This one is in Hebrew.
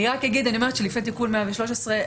לפני תיקון 113,